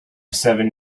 seven